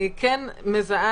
אני כן מזהה,